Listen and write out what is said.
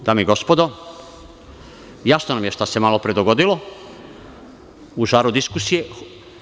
Dame i gospodo, jasno vam je šta se malopre dogodilo u žaru diskusije.